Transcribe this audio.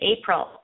April